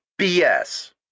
BS